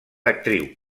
actriu